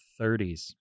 30s